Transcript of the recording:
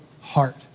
heart